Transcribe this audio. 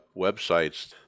websites